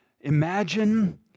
Imagine